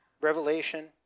Revelation